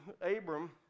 Abram